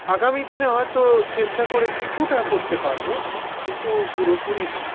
আগামী দিনে হয়তো চেষ্টা করে কিছুটা করতে পারবো কিন্তু পুরোপুরি নয়